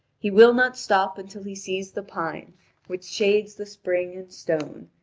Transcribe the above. he will not stop until he sees the pine which shades the spring and stone,